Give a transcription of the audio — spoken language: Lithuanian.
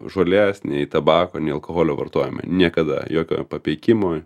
žolės nei tabako nei alkoholio vartojimą niekada jokio papeikimo